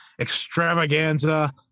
extravaganza